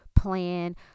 plan